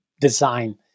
design